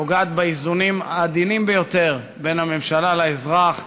פוגעת באיזונים העדינים ביותר בין הממשלה לאזרח,